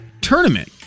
tournament